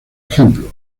ejemplo